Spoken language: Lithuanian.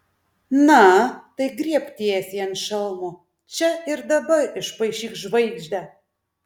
na tai griebk tiesiai ant šalmo čia ir dabar išpaišyk žvaigždę